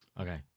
Okay